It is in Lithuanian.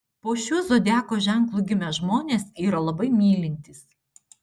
po šiuo zodiako ženklu gimę žmonės yra labai mylintys